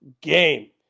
game